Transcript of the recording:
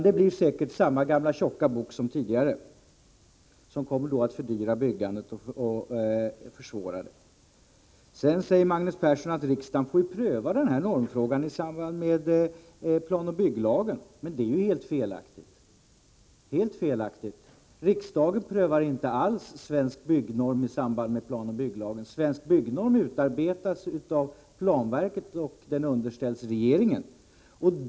Det blir säkert samma gamla tjocka bok som tidigare, och det kommer att fördyra och försvåra byggandet. Magnus Persson menar att riksdagen får pröva normfrågan i samband med planoch bygglagen, men det är helt felaktigt. Riksdagen prövar inte alls Svensk byggnorm i samband med planoch bygglagen. Svensk byggnorm utarbetas av planverket och underställs regeringen.